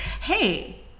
hey